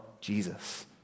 Jesus